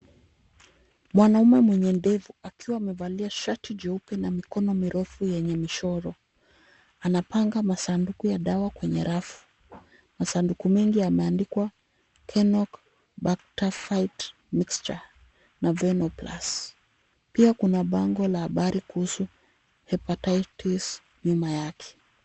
Mwanaume mwenye ndevu, akiwa amevalia shati jeupe lenye mikono mirefu yenye michoro. Anapanga masanduku ya dawa kwenye rafu. Masanduku mengi yameandikwa Kenock Bactafight Mixture na Venoplus. Pia kuna bango kuhusu Hipatitis nyuma yake.